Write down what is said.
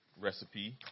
recipe